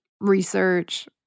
research